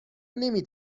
نمی